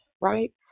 right